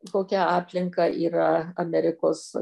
kokia aplinka yra amerikos